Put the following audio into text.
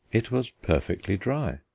it was perfectly dry.